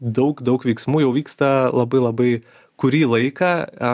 daug daug veiksmų jau vyksta labai labai kurį laiką